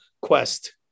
quest